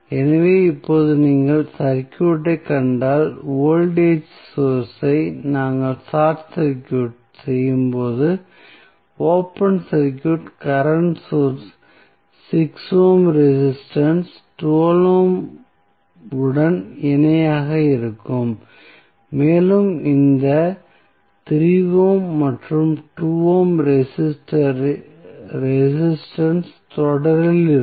எனவே இப்போது நீங்கள் சர்க்யூட்டை கண்டால் வோல்டேஜ் சோர்ஸ் ஐ நீங்கள் ஷார்ட் சர்க்யூட் செய்யும் போது open circuit current source 6 ohm resistance 12 ohm உடன் இணையாக இருக்கும் மேலும் இந்த 3 ஓம் மற்றும் 2 ஓம் ரெசிஸ்டன்ஸ் தொடரில் இருக்கும்